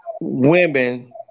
women